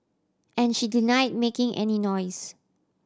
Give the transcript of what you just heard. and she deny making any noise